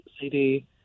CD